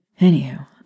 Anywho